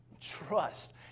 trust